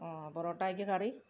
പൊറോട്ടായ്ക്ക് കറി